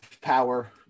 power